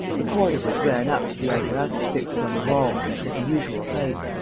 the cord of which ran up to the apparatus fixed on the wall, at the usual height.